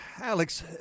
Alex